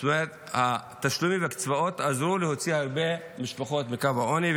זאת אומרת התשלומים לקצבאות עזרו להוציא הרבה משפחות מקו העוני.